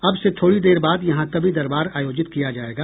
अब से थोड़ी देर बाद यहां कवि दरबार आयोजित किया जायेगा